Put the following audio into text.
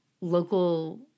local